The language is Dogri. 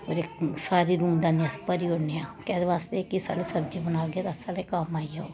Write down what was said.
फिर इक सारी लूनदानी अस भरी ओड़ने आं कैह्दे बास्तै कि साढ़ी सब्जी बनाह्गे ते साढ़े कम्म आई जाए